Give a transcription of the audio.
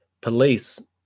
police